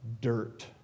dirt